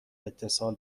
اتصال